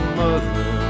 mother